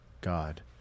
God